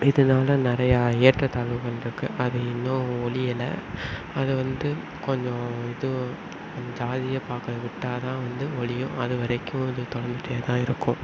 இதனால நிறையா ஏற்றத்தாழ்வு வந்திருக்கு அது இன்னும் ஒழியலை அது வந்து கொஞ்சம் இது ஜாதியை பாக்கிறத விட்டால் தான் வந்து ஒழியும் அது வரைக்கும் அது தொடர்ந்துகிட்டே தான் இருக்கும்